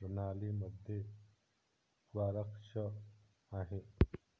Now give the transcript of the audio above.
प्रणाली मध्ये स्वारस्य आहे